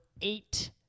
eight